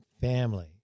family